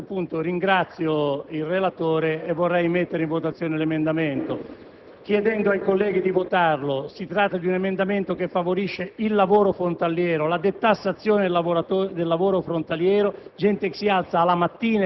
ringrazio il relatore che mi ha chiesto di trasformare l'emendamento in ordine del giorno, ma, dopo tanti anni di esperienza parlamentare, penso che gli ordini del giorno siano come il titolo di cavaliere nella Milano spagnola di Manzoni: non si negano a nessuno.